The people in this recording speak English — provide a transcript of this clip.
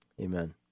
Amen